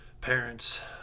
parents